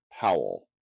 Powell